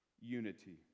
unity